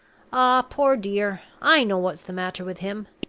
ah, poor dear, i know what's the matter with him!